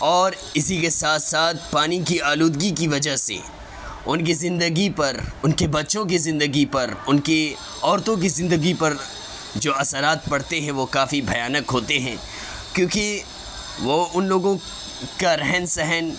اور اسی کے ساتھ ساتھ پانی کی آلودگی کی وجہ سے ان کی زندگی پر ان کے بچوں کی زندگی پر ان کی عورتوں کی زندگی پر جو اثرات پڑتے ہیں وہ کافی بھیانک ہوتے ہیں کیونکہ وہ ان لوگوں کا رہن سہن